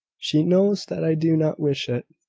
she knows that i do not wish it.